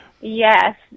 yes